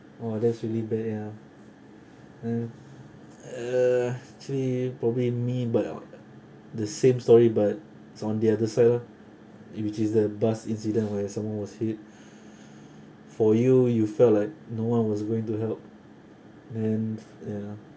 oh that's really bad ah mm uh actually probably me but uh the same story but it's on the other side loh which is the bus incident where someone was hit for you you felt like no one was going to help then ya